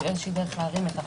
דרך להרים את הרף,